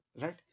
right